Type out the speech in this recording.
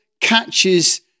catches